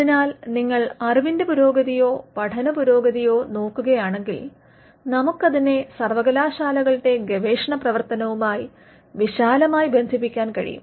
അതിനാൽ നിങ്ങൾ അറിവിന്റെ പുരോഗതിയോ പഠന പുരോഗതിയോ നോക്കുകയാണെങ്കിൽ നമുക്കതിനെ സർവകലാശാലകളുടെ ഗവേഷണ പ്രവർത്തനവുമായി വിശാലമായി ബന്ധിപ്പിക്കാൻ കഴിയും